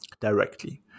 directly